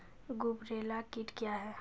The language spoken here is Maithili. गुबरैला कीट क्या हैं?